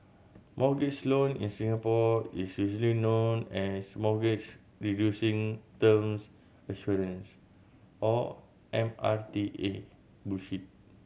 mortgage loan in Singapore is usually known as Mortgage Reducing Terms Assurance or M R T A